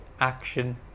action